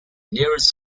nearest